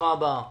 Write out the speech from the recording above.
ברוכה הבאה